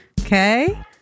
Okay